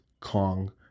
Kong